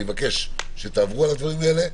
אני מבקש שתעברו על הדברים האלה.